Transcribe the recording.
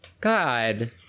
God